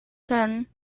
können